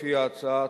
לפי ההצעה,